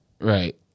Right